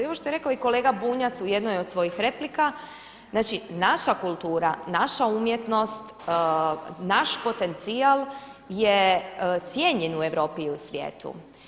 I ovo što je rekao i kolega Bunjac u jednoj od svojih replika, znači naša kultura, naša umjetnost, naš potencijal je cijenjen u Europi i u svijetu.